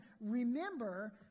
remember